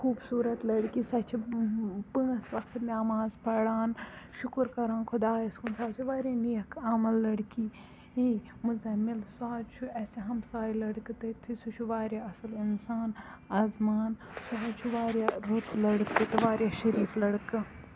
خوبصورَت لڑکی سۄ چھِ پانٛژھ وَقت نٮ۪ماز پَران شُکُر کَران خدایَس کُن سۄ حظ چھِ واریاہ نیک عَمَل لڑکی مُزَمِل سُہ حظ چھُ اَسہِ ہَمساے لٔڑکہٕ تٔتھی سُہ چھُ واریاہ اصل اِنسان اَزمان سُہ حٕظ چھُ واریاہ رُت لٔڑکہٕ تہٕ واریاہ شریٖف لٔڑکہٕ